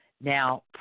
now